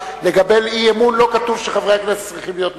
בלקבל אי-אמון לא כתוב שחברי הכנסת צריכים להיות נוכחים.